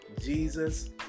Jesus